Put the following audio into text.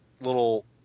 little